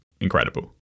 incredible